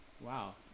wow